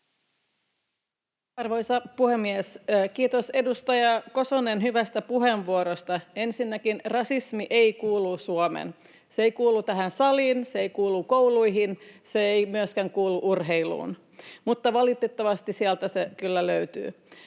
Arvoisa puhemies! Kiitos, edustaja Kosonen, hyvästä puheenvuorosta. Ensinnäkään rasismi ei kuulu Suomeen. Se ei kuulu tähän saliin, se ei kuulu kouluihin, se ei myöskään kuulu urheiluun, mutta valitettavasti sieltä se kyllä löytyy.